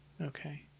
Okay